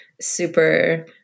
super